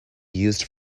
used